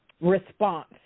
response